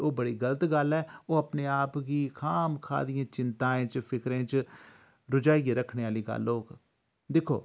ते ओह् बड़ी गल्त गल्ल ऐ ओह् अपने आप गी खामखा दिएं चिंताएं च फिक्रें च रुझाइयै रक्खने आह्ली गल्ल होग दिक्खो